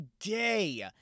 today